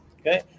Okay